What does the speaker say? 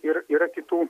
ir yra kitų